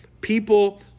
people